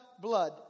blood